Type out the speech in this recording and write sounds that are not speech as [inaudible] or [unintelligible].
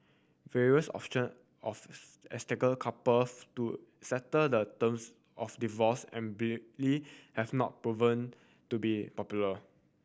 various option of [unintelligible] couples to settle the terms of divorce [unintelligible] have not proven to be popular